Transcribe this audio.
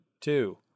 two